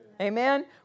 Amen